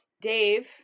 Dave